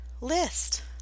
list